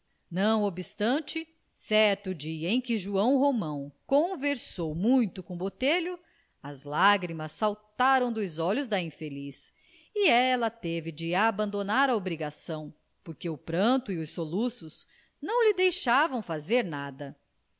não obstante certo dia em que joão romão conversou muito com botelho as lágrimas saltaram dos olhos da infeliz e ela teve de abandonar a obrigação porque o pranto e os soluços não lhe deixavam fazer nada